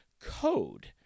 CODE